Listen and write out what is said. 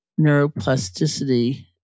neuroplasticity